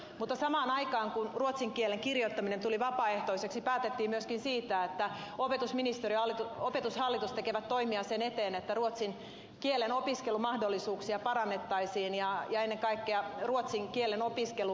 mutta samaan aikaan kuin ruotsin kielen kirjoittaminen tuli vapaaehtoiseksi päätettiin myöskin siitä että opetusministeriö ja opetushallitus tekevät toimia sen eteen että ruotsin kielen opiskelumahdollisuuksia parannettaisiin ja ennen kaikkea ruotsin kielen opiskeluun kannustettaisiin